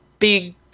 big